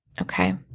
Okay